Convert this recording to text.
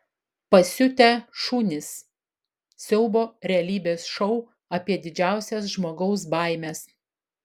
pasiutę šunys siaubo realybės šou apie didžiausias žmogaus baimes